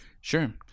Sure